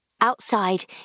Outside